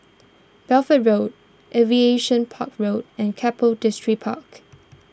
Bedford Road Aviation Park Road and Keppel Distripark